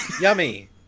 Yummy